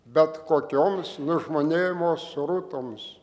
bet kokioms nužmonėjimo srutoms